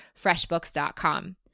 FreshBooks.com